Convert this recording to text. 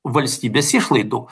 valstybės išlaidų